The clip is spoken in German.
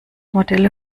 modelle